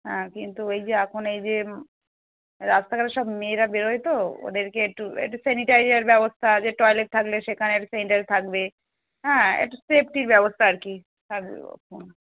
হ্যাঁ কিন্তু এই যে এখন এই যে রাস্তাঘাটে সব মেয়েরা বেরোয় তো ওদেরকে একটু একটু স্যানিটাইজার ব্যবস্থা যে টয়লেট থাকলে সেখানের থাকবে হ্যাঁ একটু সেফটির ব্যবস্থা আর কি থাকবে হুম